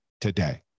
today